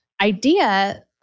idea